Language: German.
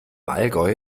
allgäu